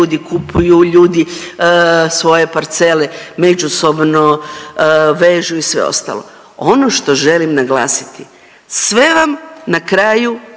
ljudi kupuju, ljudi svoje parcele međusobno vežu i sve ostalo, ono što želim naglasiti, sve vam na kraju